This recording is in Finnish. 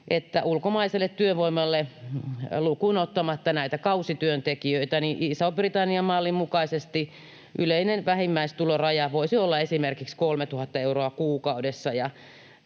että ulkomaiselle työvoimalle — lukuun ottamatta näitä kausityöntekijöitä — Ison-Britannian mallin mukaisesti yleinen vähimmäistuloraja voisi olla esimerkiksi 3 000 euroa kuukaudessa.